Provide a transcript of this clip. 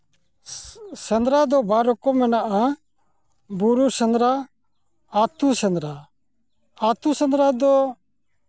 ᱥᱮᱸᱫᱽᱨᱟ ᱫᱚ ᱵᱟᱨ ᱨᱚᱠᱚᱢ ᱢᱮᱱᱟᱜᱼᱟ ᱵᱩᱨᱩ ᱥᱮᱸᱫᱽᱨᱟ ᱟᱛᱳ ᱥᱮᱸᱫᱽᱨᱟ ᱟᱛᱳ ᱥᱮᱸᱫᱽᱨᱟ ᱫᱚ